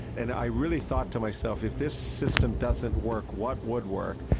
and i really thought to myself, if this system doesn't work, what would work?